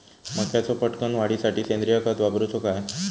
मक्याचो पटकन वाढीसाठी सेंद्रिय खत वापरूचो काय?